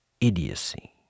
idiocy